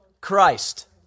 Christ